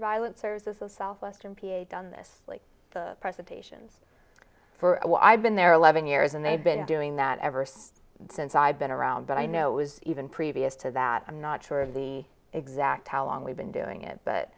violence or is this a southwestern p a done this the presentations for i've been there eleven years and they've been doing that ever since i've been around but i know it was even previous to that i'm not sure of the exact how long we've been doing it but